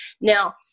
Now